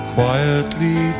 Quietly